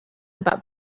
about